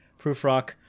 proofrock